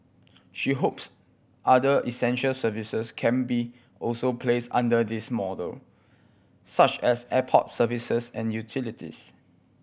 she hopes other essential services can be also placed under this model such as airport services and utilities